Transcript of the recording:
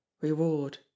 Reward